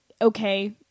okay